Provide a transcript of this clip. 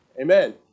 Amen